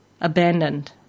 abandoned